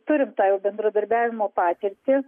turim tą jau bendradarbiavimo patirtį